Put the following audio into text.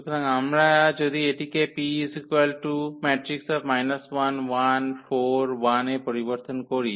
সুতরাং আমরা যদি এটিকে এ পরিবর্তন করি